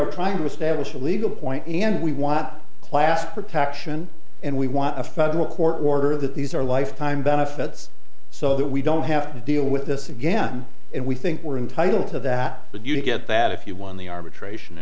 are trying to establish a legal point and we want class protection and we want a federal court order that these are lifetime benefits so that we don't have to deal with this again and we think we're entitled to that but you get that if you won the arbitration